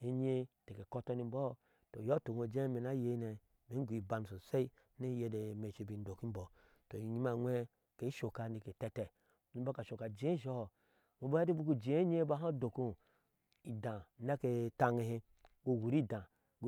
enye ke kɔtɔ ni imbɔɔ tɔ iyɔɔ ituk ma jɛɛ ime naa ayene imee in goo iban sosai ni yedeme shi ba in dok imbɔɔ, tɔ inyima anwee ke shokka nike etɛtee inyime bik ashock ajee isoho iŋo bik uhɛɛ haa udokkiŋo, iddaa unɛke etannehe uwur idea.